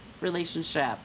relationship